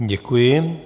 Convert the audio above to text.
Děkuji.